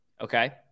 okay